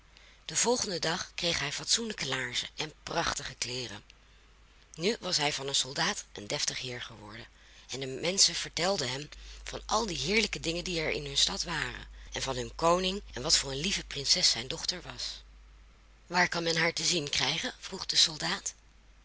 den volgenden dag kreeg hij fatsoenlijke laarzen en prachtige kleeren nu was hij van een soldaat een deftig heer geworden en de menschen vertelden hem van al de heerlijke dingen die er in hun stad waren en van hun koning en wat voor een lieve prinses zijn dochter was waar kan men haar te zien krijgen vroeg de soldaat